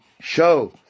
show